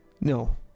no